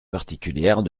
particulière